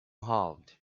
halved